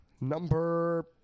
Number